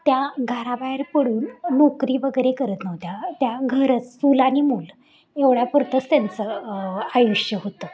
त्या घराबाहेर पडून नोकरी वगैरे करत नव्हत्या त्या घरच चूल आणि मूल एवढ्यापुरतंच त्यांचं आयुष्य होतं